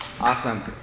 Awesome